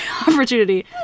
opportunity